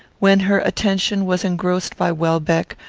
when her attention was engrossed by welbeck,